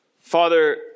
Father